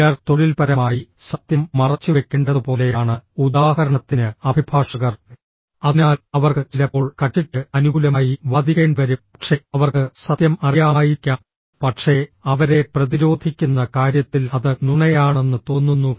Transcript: ചിലർ തൊഴിൽപരമായി സത്യം മറച്ചുവെക്കേണ്ടതുപോലെയാണ് ഉദാഹരണത്തിന് അഭിഭാഷകർ അതിനാൽ അവർക്ക് ചിലപ്പോൾ കക്ഷിക്ക് അനുകൂലമായി വാദിക്കേണ്ടിവരും പക്ഷേ അവർക്ക് സത്യം അറിയാമായിരിക്കാം പക്ഷേ അവരെ പ്രതിരോധിക്കുന്ന കാര്യത്തിൽ അത് നുണയാണെന്ന് തോന്നുന്നു